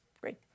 great